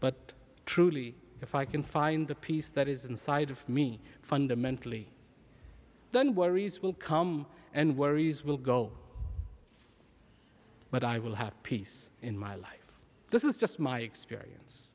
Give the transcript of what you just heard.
but truly if i can find the peace that is inside of me fundamentally then worries will come and worries will go but i will have peace in my life this is just my experience